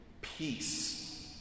Peace